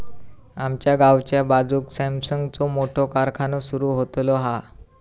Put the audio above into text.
आमच्या गावाच्या बाजूक सॅमसंगचो मोठो कारखानो सुरु होतलो हा